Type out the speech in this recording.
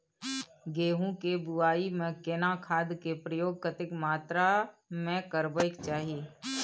गेहूं के बुआई में केना खाद के प्रयोग कतेक मात्रा में करबैक चाही?